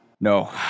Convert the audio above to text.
no